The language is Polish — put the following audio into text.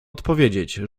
odpowiedzieć